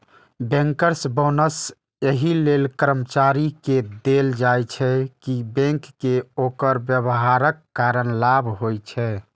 bankers bonus एहि लेल कर्मचारी कें देल जाइ छै, कि बैंक कें ओकर व्यवहारक कारण लाभ होइ छै